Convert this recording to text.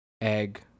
egg